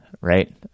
Right